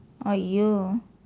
!aiyo!